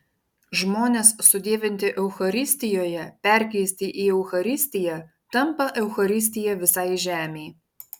žmonės sudievinti eucharistijoje perkeisti į eucharistiją tampa eucharistija visai žemei